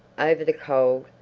over the cold,